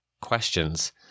questions